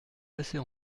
passez